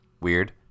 weird